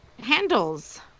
Handles